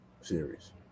series